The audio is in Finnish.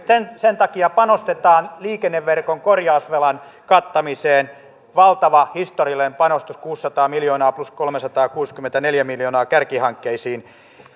sen takia panostetaan liikenneverkon korjausvelan kattamiseen valtava historiallinen panostus kuusisataa miljoonaa plus kolmesataakuusikymmentäneljä miljoonaa kärkihankkeisiin